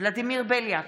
ולדימיר בליאק,